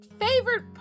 favorite